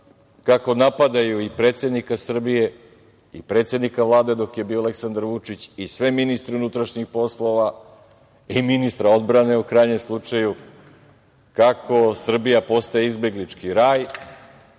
kako napadaju i predsednika Srbije i predsednika Vlade dok je bio Aleksandar Vučić i sve ministre unutrašnjih poslova i ministra odbrane, u krajnjem slučaju, kako Srbija postaje izbeglički raj,